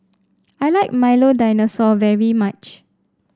I like Milo Dinosaur very much